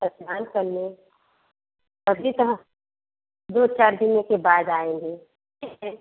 स्नान करने अभी तो हम दो चार दिनों के बाद आएंगे ठीक है